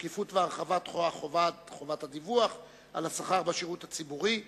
(שקיפות והרחבת חובת הדיווח על השכר בשירות הציבורי),